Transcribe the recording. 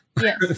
Yes